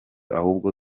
ahubwo